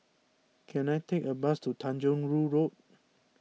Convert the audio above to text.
can I take a bus to Tanjong Rhu Road